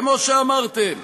כמו שאמרתם,